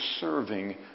serving